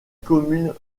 commune